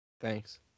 Thanks